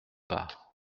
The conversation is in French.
pas